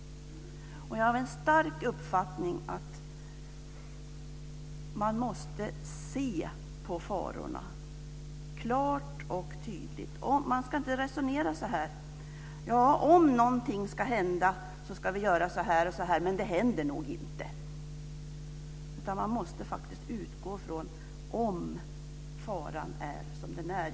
Jag har den starka uppfattningen att man måste se farorna klart och tydligt. Man ska inte resonera så att om något händer ska man handla på ett visst sätt, men det händer nog inte. Man måste faktiskt utgå från att faran finns.